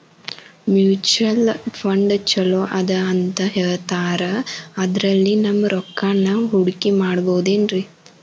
Mutual fund ಛಲೋ ಅದಾ ಅಂತಾ ಹೇಳ್ತಾರ ಅದ್ರಲ್ಲಿ ನಮ್ ರೊಕ್ಕನಾ ಹೂಡಕಿ ಮಾಡಬೋದೇನ್ರಿ?